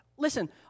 Listen